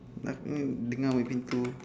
uh ni dengar main pintu